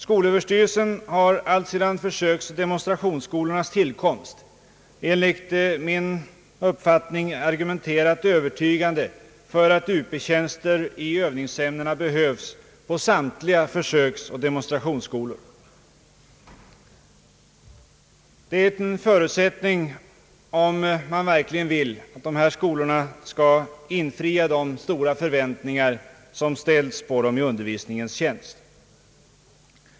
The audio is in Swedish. Skolöverstyrelsen har alltsedan försöksoch demonstrationsskolornas tillkomst enligt min uppfattning argumenterat övertygande för att Up-tjänsterna i Övningsämnen behövs på samtliga försöksoch demonstrationsskolor. Det är en förutsättning, om man verkligen vill att dessa skolor skall infria de stora förväntningar som med all rätt har ställts på dem i undervisningens tjänst.